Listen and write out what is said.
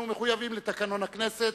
אנחנו מחויבים לתקנון הכנסת,